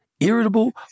Irritable